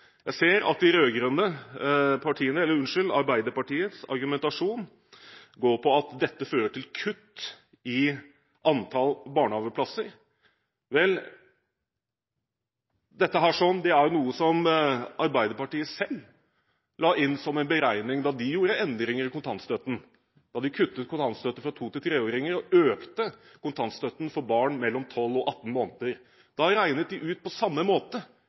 Jeg ser at Arbeiderpartiets argumentasjon er at dette fører til kutt i antall barnehageplasser. Vel, dette er noe som Arbeiderpartiet selv la inn som en beregning da de gjorde endringer i kontantstøtten. De kuttet kontantstøtten for barn mellom to og tre år, og økte kontantstøtten for barn mellom 12 og 18 måneder. Da regnet de ut på samme måte